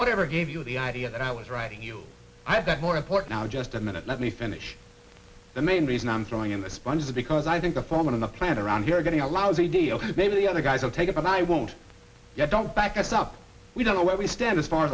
whatever gave you the idea that i was right you i've got more important now just a minute let me finish the main reason i'm throwing in the sponge because i think the foreman of the plant around here getting allows a d ok maybe the other guys will take it and i won't get don't back it up we don't know where we stand as far